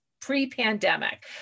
pre-pandemic